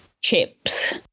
chips